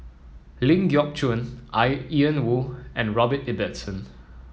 Ling Geok Choon I Ian Woo and Robert Ibbetson